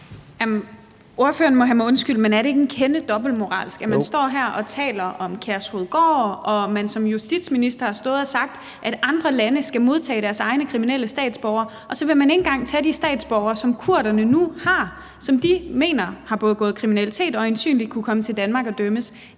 Ordføreren må have mig undskyldt, men er det ikke en kende dobbeltmoralsk, at man står her og taler om Kærshovedgård, og at man som justitsminister har stået og sagt, at andre lande skal modtage deres egne kriminelle statsborgere, og så vil man ikke engang tage de statsborgere, som kurderne nu har, som de mener har begået kriminalitet, og som øjensynlig kunne komme til Danmark og dømmes?